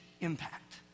impact